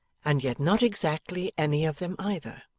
and yet not exactly any of them either.